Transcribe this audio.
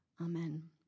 Amen